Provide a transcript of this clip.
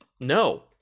No